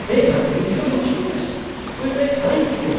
they'd have been too much for us with their kindness